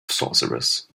sorcerers